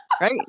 right